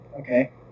Okay